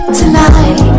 tonight